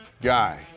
guy